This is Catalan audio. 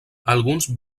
alguns